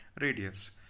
radius